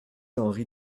henri